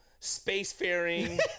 spacefaring